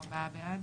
ארבעה בעד.